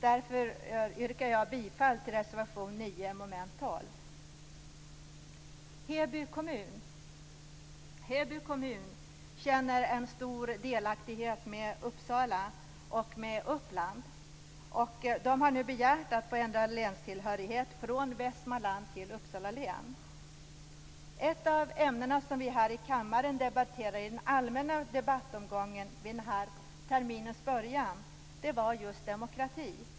Därför yrkar jag bifall till reservation 9 under mom. 12. Heby kommun känner en stor delaktighet med Uppsala och med Uppland. Man har nu begärt att få ändra länstillhörighet från Västmanland till Uppsala län. Ett av de ämnen som vi här i kammaren debatterade i den allmänna debattomgången vid denna termins början var just demokrati.